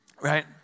right